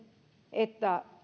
että